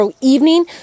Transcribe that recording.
evening